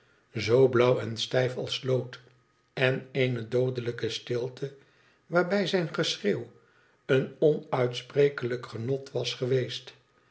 zoo blauw en stijf als lood en eene doodelijke stilte waarbij zijn geschreeuw een onuitsprekelijk genot was geweest